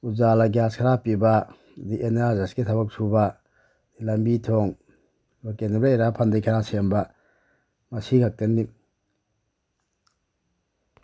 Ujjwala gas ꯈꯔ ꯄꯤꯕ ꯑꯗꯒꯤ ꯑꯦꯟꯑꯥꯔꯖꯤꯑꯦꯁꯀꯤ ꯊꯕꯛ ꯁꯨꯕ ꯂꯝꯕꯤ ꯊꯣꯡ ꯂꯣꯀꯦꯟ ꯗꯦꯕ꯭ꯂꯕ ꯑꯦꯔꯤꯌꯥ ꯐꯟꯗꯒꯤ ꯈꯔ ꯁꯦꯝꯕ ꯃꯁꯤ ꯈꯛꯇꯅꯤ